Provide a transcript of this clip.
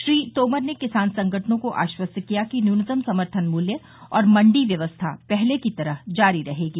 श्री तोमर ने किसान संगठनों को आश्वस्त किया कि न्यूनतम समर्थन मूल्य और मंडी व्यवस्था पहले की तरह जारी रहेगी